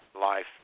life